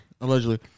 allegedly